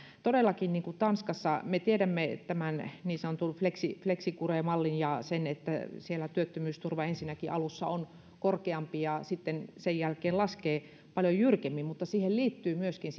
todellakin tanskasta me tiedämme tämän niin sanotun flexicurity mallin ja sen että siellä ensinnäkin työttömyysturva on alussa korkeampi ja sen jälkeen laskee paljon jyrkemmin mutta siihen liittyy myöskin